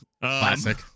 Classic